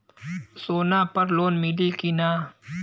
सोना पर लोन मिली की ना?